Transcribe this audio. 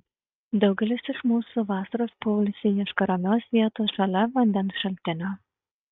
daugelis iš mūsų vasaros poilsiui ieško ramios vietos šalia vandens šaltinio